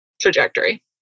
trajectory